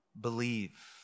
believe